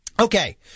Okay